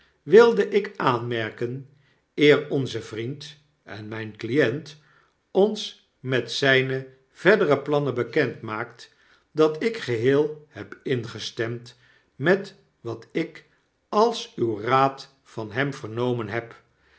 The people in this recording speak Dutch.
wilde ik aanmerken eer onze vriend en mijn client ons met zyne verdere plannen bekend maakt dat ik geheel heb ingestemd met wat ik als uw raad van hem vernomen heb